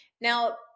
Now